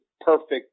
perfect